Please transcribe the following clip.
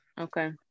Okay